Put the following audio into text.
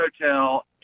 hotel